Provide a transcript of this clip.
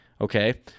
Okay